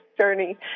journey